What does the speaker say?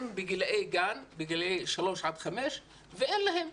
הם בגילאי גן, בגילאי 3 עד 5 ואין להם.